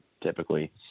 Typically